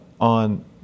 on